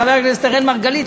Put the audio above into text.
חבר הכנסת אראל מרגלית,